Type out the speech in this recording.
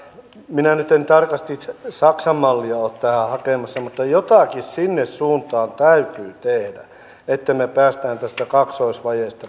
minä nyt en tarkasti saksan mallia ole tähän hakemassa mutta jotakin sinne suuntaan täytyy tehdä että me pääsemme tästä kaksoisvajeesta pois